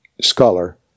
scholar